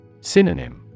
Synonym